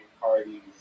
parties